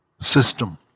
system